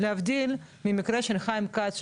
להבדיל ממקרה של חיים כץ,